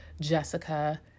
Jessica